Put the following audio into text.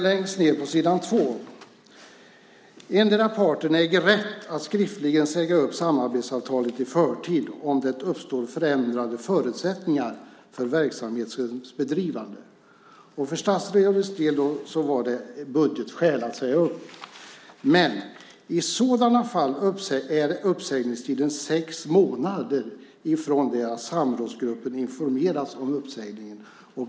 Längst ned på s. 2 står det så här: "Endera parten äger rätt att skriftligen säga upp samarbetsavtalet i förtid om det uppstår förändrade förutsättningar för verksamhetens bedrivande." För statsrådets del var det alltså budgetskäl som förelåg för att säga upp avtalet. Men citatet fortsätter: "I sådant fall är uppsägningstiden 6 månader från den dag då samrådsgruppen informerats om uppsägningen."